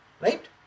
Right